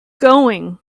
going